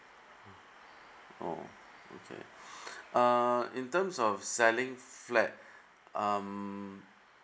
oh okay uh in terms of selling flat um